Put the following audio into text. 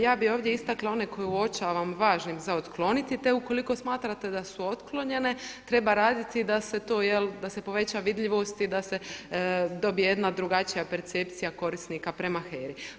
Ja bih ovdje istakla one koje uočavam važnim za otkloniti te ukoliko smatrate da su otklonjene treba raditi da se poveća vidljivost i da se dobije jedna drugačija percepcija korisnika prema HERA-i.